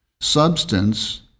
substance